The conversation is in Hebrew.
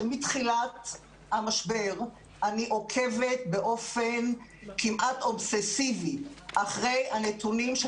שמתחילת המשבר אני עוקבת באופן כמעט אובססיבי אחרי הנתונים של